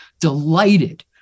delighted